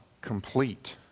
complete